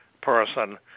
person